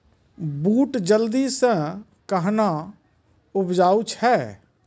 बूट जल्दी से कहना उपजाऊ छ?